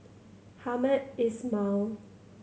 Hamed Ismail